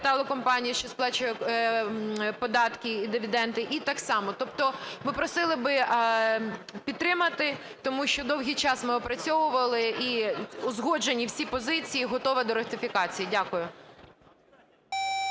капіталу компанії, що сплачує податки і дивіденди, і так само. Тобто ми просили би підтримати, тому що довгий час ми опрацьовували, і узгоджені всі позиції, і готова до ратифікації. Дякую.